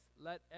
Let